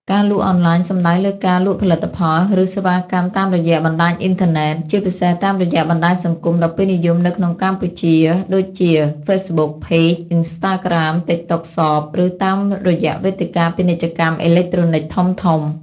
ការលក់អនឡាញសំដៅលើការលក់ផលិតផល ឬសេវាកម្មតាមរយៈបណ្តាញអ៊ីនធឺណិត ជាពិសេសតាមរយៈបណ្តាញសង្គមដ៏ពេញនិយមនៅកម្ពុជាដូចជា Facebook Page Instagram TikTok Shop ឬតាមរយៈវេទិកាពាណិជ្ជកម្មអេឡិចត្រូនិកធំៗ។